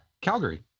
Calgary